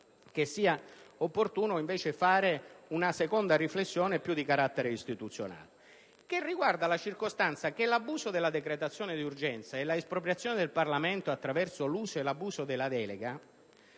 che sia opportuno, invece, fare una seconda riflessione, più di carattere istituzionale, che riguarda la circostanza che l'abuso della decretazione d'urgenza e l'espropriazione del Parlamento attraverso l'uso e l'abuso della delega